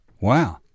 Wow